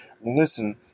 Listen